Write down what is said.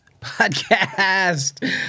podcast